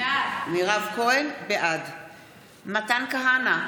בעד מתן כהנא,